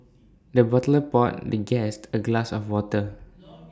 the butler poured the guest A glass of water